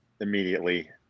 immediately